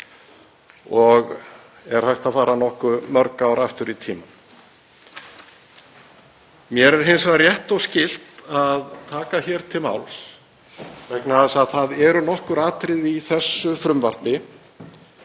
og er hægt að fara nokkuð mörg ár aftur í tímann. Mér er hins vegar rétt og skylt að taka hér til máls vegna þess að það eru nokkur atriði í frumvarpinu